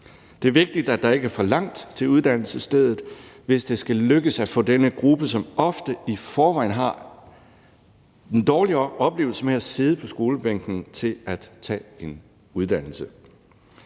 Det er vigtigt, at der ikke er for langt til uddannelsesstedet, hvis det skal lykkes at få denne gruppe, som ofte i forvejen har en dårlig oplevelse med at sidde på skolebænken, til at tage en uddannelse.